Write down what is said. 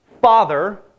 Father